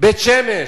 בית-שמש,